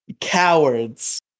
cowards